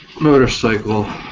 motorcycle